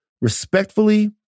respectfully